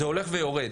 זה הולך ויורד.